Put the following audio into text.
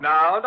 Now